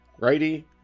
Righty